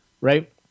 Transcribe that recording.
right